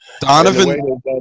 Donovan –